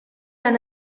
han